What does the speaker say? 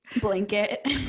Blanket